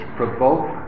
provoke